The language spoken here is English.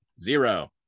zero